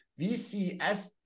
VCS